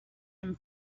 him